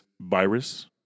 virus